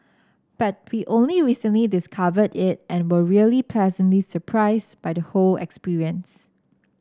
but we only recently discovered it and were really pleasantly surprised by the whole experience